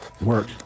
Work